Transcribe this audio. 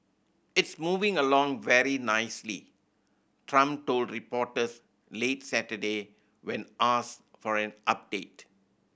it's moving along very nicely Trump told reporters late Saturday when asked for an update